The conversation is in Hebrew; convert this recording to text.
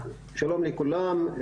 שלום לכולם.